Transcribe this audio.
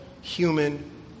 human